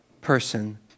person